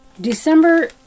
December